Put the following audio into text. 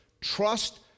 Trust